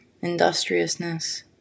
industriousness